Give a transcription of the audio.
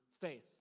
faith